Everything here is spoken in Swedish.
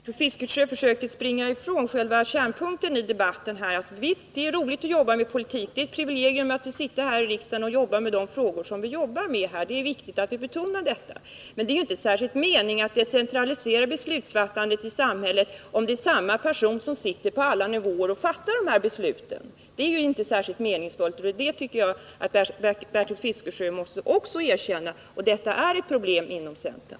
Herr talman! Jag tycker att Bertil Fiskesjö försöker springa ifrån kärnpunkten i debatten här. Visst är det roligt att jobba med politik. Det är ett privilegium att få sitta här i riksdagen och jobba med politik på denna nivå. Det är viktigt att vi betonar detta. Men det är ju inte någon särskild mening i att decentralisera beslutsfattandet i samhället, om det är samma person som sitter på alla nivåer och fattar de här besluten. Det är inte särskilt meningsfullt. Det tycker jag att Bertil Fiskesjö också måste erkänna. Och det är ett problem inom centern.